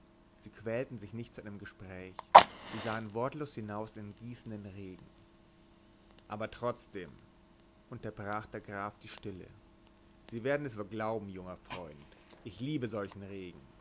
sie quälten sich nicht zu einem gespräch sie sahen wortlos hinaus in den gießenden regen aber trotzdem unterbrach der graf die stille sie werden es wohl glauben junger freund ich liebe solchen regen